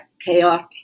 chaotic